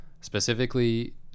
specifically